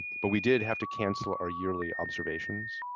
but we did have to cancel our yearly observations.